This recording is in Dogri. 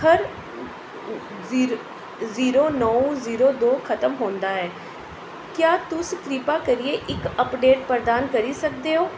अक्खर जीरो नौ जीरो दो खत्म होंदा ऐ क्या तुस किरपा करियै इक अपडेट प्रधान करी सकदे ओ